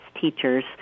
teachers